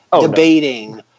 debating